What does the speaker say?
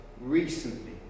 recently